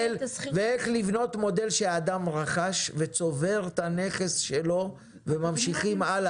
לבנות מודל שאדם רכש וצובר את הנכס שלו וממשיכים הלאה.